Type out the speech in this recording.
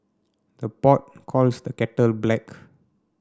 the pot calls the kettle black